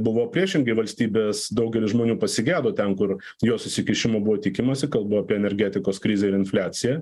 buvo priešingai valstybės daugelis žmonių pasigedo ten kur jos įsikišimo buvo tikimasi kalbu apie energetikos krizę ir infliaciją